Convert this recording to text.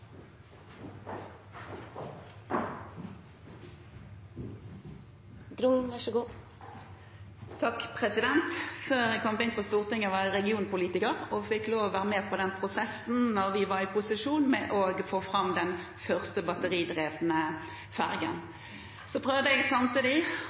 Før jeg kom inn på Stortinget, var jeg regionpolitiker og fikk lov til å være med på prosessen med å få den første batteridrevne fergen da vi var i posisjon. Jeg prøvde samtidig å få fylkespolitikerne engasjert for å få den første batteridrevne